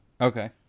Okay